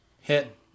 Hit